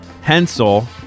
Hensel